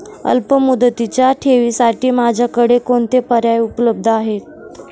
अल्पमुदतीच्या ठेवींसाठी माझ्याकडे कोणते पर्याय उपलब्ध आहेत?